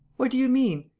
what do you mean?